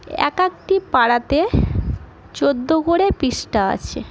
এক একটি পারাতে চোদ্দো করে পৃষ্ঠা আছে